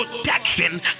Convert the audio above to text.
protection